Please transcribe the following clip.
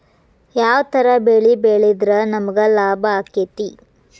ಯಾವ ತರ ಬೆಳಿ ಬೆಳೆದ್ರ ನಮ್ಗ ಲಾಭ ಆಕ್ಕೆತಿ?